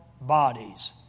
bodies